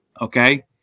okay